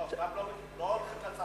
גם לא הולכים לצבא.